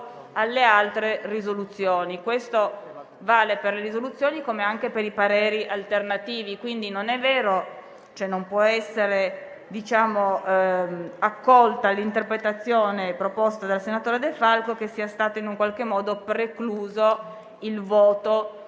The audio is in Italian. alle altre risoluzioni: questo vale per le risoluzioni come per i pareri alternativi. Quindi, non è vero e non può essere accolta l'interpretazione proposta dal senatore De Falco che sia stato in qualche modo precluso il voto